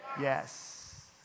Yes